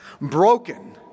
broken